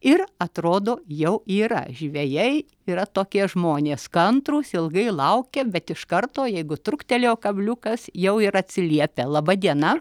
ir atrodo jau yra žvejai yra tokie žmonės kantrūs ilgai laukė bet iš karto jeigu truktelėjo kabliukas jau ir atsiliepia laba diena